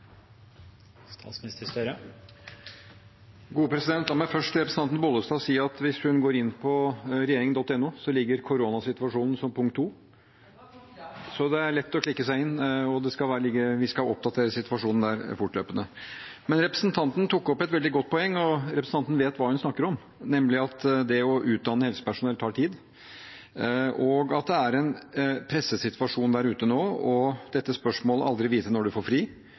La meg først si til representanten Vervik Bollestad at hvis hun går inn på regjeringen.no, ligger koronasituasjonen som punkt to, så det er lett å klikke seg inn, og vi skal oppdatere situasjonen der fortløpende. Representanten tok opp et veldig godt poeng, og representanten vet hva hun snakker om, nemlig at det å utdanne helsepersonell tar tid, og at det er en presset situasjon der ute nå. Det aldri å vite når man får fri,